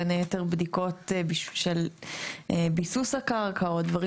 בין היתר בדיקות של ביסוס הקרקע או דברים